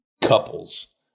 couples